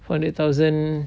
four hundred thousand